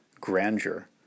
grandeur